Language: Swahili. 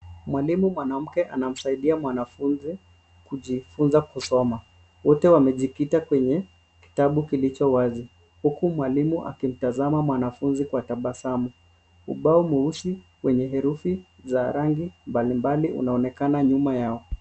Mwalimu mwanamke anamsaidia mwanafunzi kujifunza kusoma. Wote wamejikita kwenye kitabu kilicho wazi, hku mwalimu akimtazama mwanafunzi kwa tabasamu. Ubao mweusi wenye herufi za rangi mbalimbali unaonekana nyuma yao.